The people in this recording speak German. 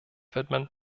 widmen